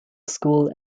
school